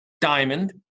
diamond